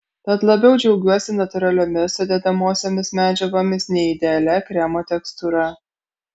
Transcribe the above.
tad labiau džiaugiuosi natūraliomis sudedamosiomis medžiagomis nei idealia kremo tekstūra